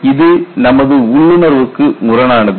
இது நமது உள்ளுணர்வுக்கு முரணானது